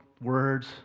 words